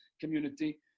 community